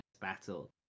battle